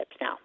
now